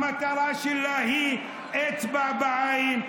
המטרה שלה היא אצבע בעין.